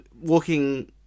walking